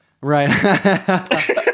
Right